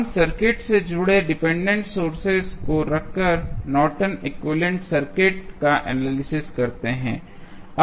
हम सर्किट से जुड़े डिपेंडेंट सोर्सेज को रखकर Norton equivalent circuit Nortons equivalent circuit का एनालिसिस करते हैं